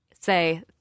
Say